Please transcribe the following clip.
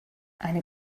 eine